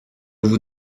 vous